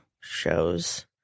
shows